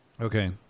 Okay